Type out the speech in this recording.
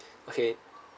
okay